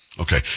Okay